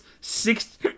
six